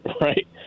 right